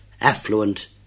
affluent